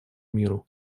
миру